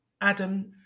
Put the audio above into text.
Adam